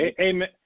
Amen